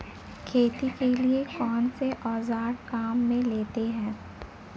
खेती के लिए कौनसे औज़ार काम में लेते हैं?